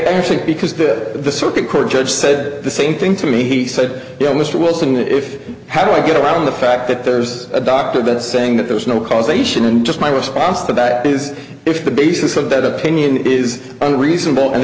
think because that the circuit court judge said the same thing to me he said you know mr wilson if how do i get around the fact that there's a doctor that is saying that there is no causation and just my response to bad is if the basis of that opinion is unreasonable and